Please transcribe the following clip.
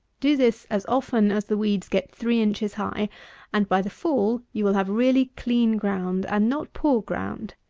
do this as often as the weeds get three inches high and by the fall, you will have really clean ground, and not poor ground.